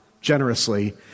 generously